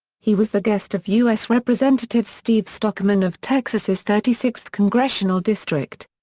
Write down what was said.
he was the guest of u s. representative steve stockman of texas's thirty sixth congressional district.